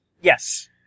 Yes